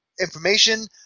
Information